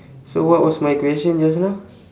so what was my question just now